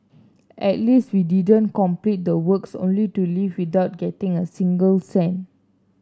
at least we didn't complete the works only to leave without getting a single cent